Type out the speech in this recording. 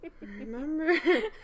remember